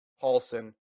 Paulson